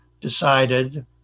decided